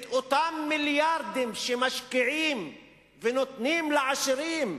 את אותם מיליארדים שמשקיעים ונותנים לעשירים,